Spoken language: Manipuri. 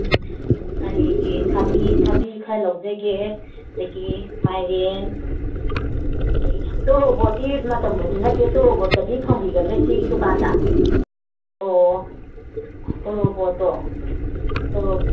ꯎꯝ ꯀꯥꯂꯦꯟꯒꯤ ꯊꯕꯤ ꯊꯕꯤ ꯈꯔ ꯂꯧꯖꯒꯦ ꯑꯗꯒꯤ ꯃꯥꯏꯔꯦꯟ ꯑꯗꯒꯤ ꯇꯣꯔꯣꯕꯣꯠꯇꯤ ꯃꯇꯝꯕꯨꯗꯤ ꯅꯠꯇꯦ ꯇꯣꯔꯣꯕꯣꯠꯀꯗꯤ ꯐꯪꯕꯤꯒꯗ꯭ꯔꯥ ꯏꯆꯦꯒꯤ ꯗꯨꯀꯥꯟꯗ ꯑꯣ ꯇꯣꯔꯣꯕꯣꯠꯇꯣ